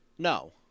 No